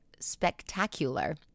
spectacular